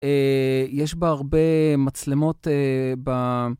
יש בה הרבה מצלמות ב...